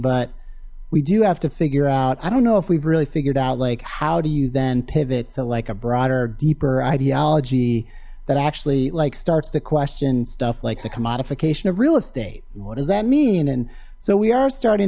but we do have to figure out i don't know if we've really figured out like how do you then pivot to like a broader deeper ideology that actually like starts to question stuff like the commodification of real estate what does that mean and so we are starting